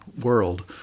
world